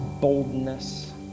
boldness